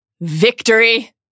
victory